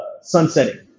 sunsetting